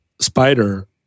spider